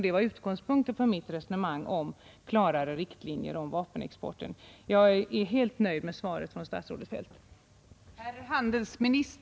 Det var utgångspunkten för mitt resonemang om klarare riktlinjer för vapenexporten. Jag är helt nöjd med svaret från statsrådet Feldt.